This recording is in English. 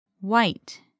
White